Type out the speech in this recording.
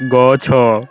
ଗଛ